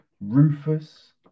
Rufus